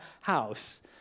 house